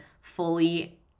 fully